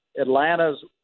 Atlanta's